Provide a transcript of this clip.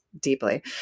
deeply